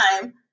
time